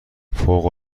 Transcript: فوق